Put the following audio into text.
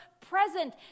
present